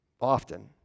often